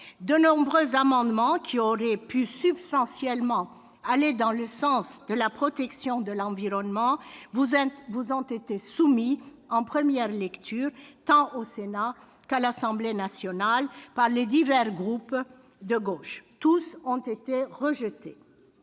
De nombreux amendements substantiels allant dans le sens de la protection de l'environnement vous ont été soumis en première lecture, tant au Sénat qu'à l'Assemblée nationale, par les divers groupes de gauche. Tous ont été rejetés.